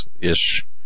ish